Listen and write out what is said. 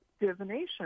divination